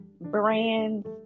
brands